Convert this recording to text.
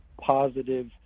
positive